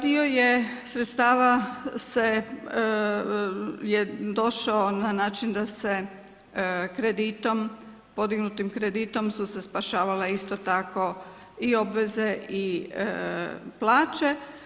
Dio je sredstava je došao na način da se kreditom, podignutim kreditom su se spašavale isto tako i obveze i plaće.